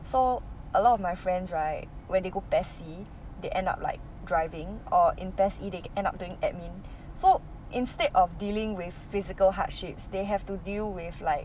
so a lot of my friends right when they go PES C they end up like driving or PES E they end up doing admin so instead of dealing with physical hardships they have to deal with like